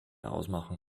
ausmachen